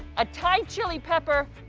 a thai chili pepper,